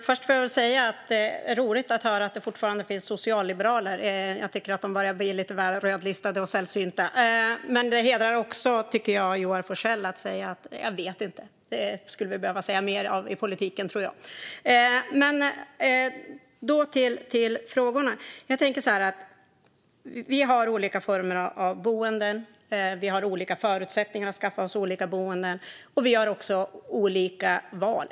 Fru talman! Det är roligt att det fortfarande finns socialliberaler. Jag tycker att de börjar bli lite väl rödlistade och sällsynta. Men det hedrar också Joar Forssell att han säger att han inte vet. Det skulle vi behöva se mer av i politiken. Jag går över till frågorna. Det finns olika former av boenden. Vi har olika förutsättningar att skaffa oss olika boenden, och vi har också olika val.